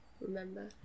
remember